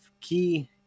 key